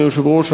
אדוני היושב-ראש,